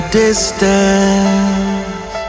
distance